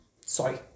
sorry